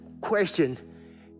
question